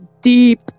deep